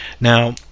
now